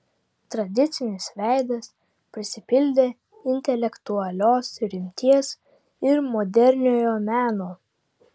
tradicinis veidas prisipildė intelektualios rimties ir moderniojo meno